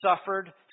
suffered